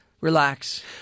relax